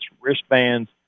wristbands